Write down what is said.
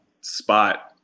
spot